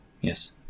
Yes